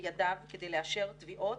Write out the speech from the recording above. בידיו כדי לאשר תביעות